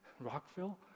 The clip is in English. Rockville